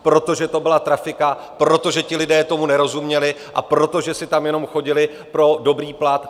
Protože to byla trafika, protože ti lidé tomu nerozuměli a protože si tam jenom chodili pro dobrý plat.